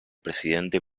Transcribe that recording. presidente